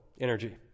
energy